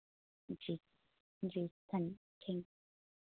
जी जी धन थैंक